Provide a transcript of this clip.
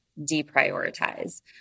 deprioritize